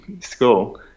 school